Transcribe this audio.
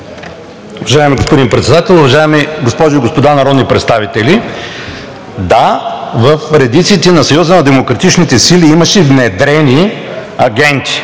Уважаеми господин Председател, уважаеми госпожи и господа народни представители! Да, в редиците на Съюза на